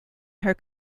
her